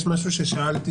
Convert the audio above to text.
יש משהו ששאלתי